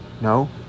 no